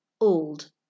old